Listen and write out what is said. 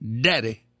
daddy